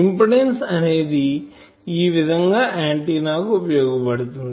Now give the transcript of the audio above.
impedance అనేది ఈ విధం గా ఆంటిన్నా కి ఉపయోగపడతుంది